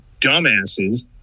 dumbasses